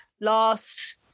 Last